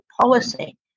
policy